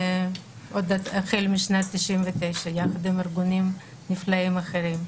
החל משנת 1999, יחד עם ארגונים נפלאים אחרים.